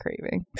craving